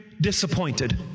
disappointed